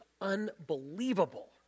unbelievable